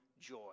joy